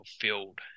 fulfilled